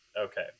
Okay